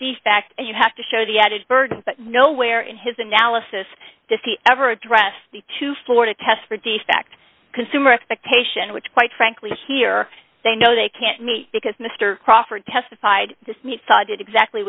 the fact you have to show the added burden but nowhere in his analysis does he ever address the to florida test or defect consumer expectation which quite frankly here they know they can't meet because mr crawford testified thought did exactly